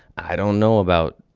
i don't know about,